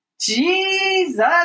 Jesus